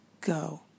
go